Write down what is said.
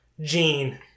Gene